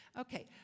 Okay